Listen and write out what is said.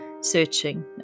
searching